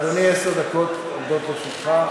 אתה יודע שאני אוהב אותך.